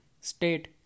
State